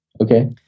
Okay